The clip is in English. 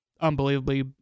unbelievably